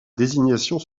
désignation